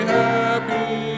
happy